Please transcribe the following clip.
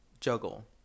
juggle